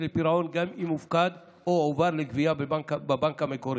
לפירעון גם אם הוא הופקד או הועבר לגבייה בבנק המקורי.